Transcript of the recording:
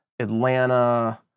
Atlanta